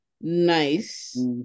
nice